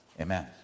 Amen